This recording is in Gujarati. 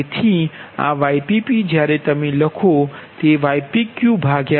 તેથી આ ypp જ્યારે તમે લખો તે ypq a છે